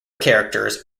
characters